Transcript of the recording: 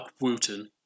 Wooten